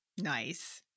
Nice